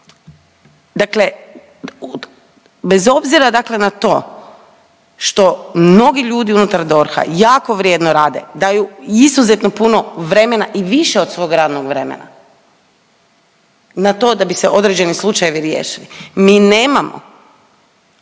Dakle, bez obzira dakle na to što mnogi ljudi unutar DORH-a jako vrijedno rade, daju izuzetno puno vremena i više od svog radnog vremena na to da bi se određeni slučajevi riješili mi nemamo